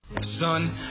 Son